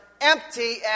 empty